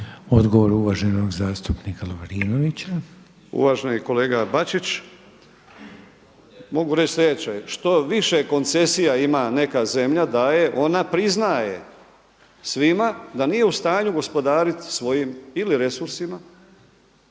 Ivan (Promijenimo Hrvatsku)** Uvaženi kolega Bačić, mogu reći slijedeće, što više koncesija ima neka zemlja daje ona priznaje svima da nije u stanju gospodariti svojim ili resursima